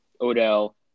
Odell